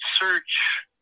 search